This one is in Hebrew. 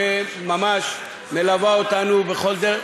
שממש מלווה אותנו בכל דרך,